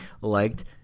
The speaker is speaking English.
liked